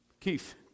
Keith